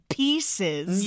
pieces